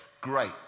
great